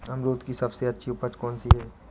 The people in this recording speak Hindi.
अमरूद की सबसे अच्छी उपज कौन सी है?